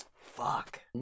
Fuck